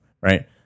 right